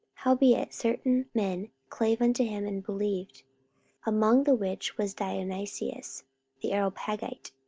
howbeit certain men clave unto him, and believed among the which was dionysius the areopagite,